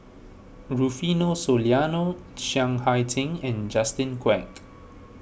Rufino Soliano Chiang Hai Ding and Justin Quek